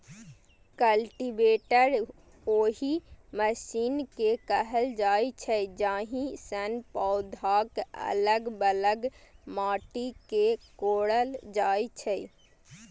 cultivator ओहि machine कें कहल जाइ छै, जाहि सं पौधाक अलग बगल माटि कें कोड़ल जाइ छै